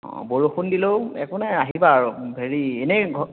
অ' বৰষুণ দিলেও একো নাই আহিবা আৰু হেৰি এনেই ঘ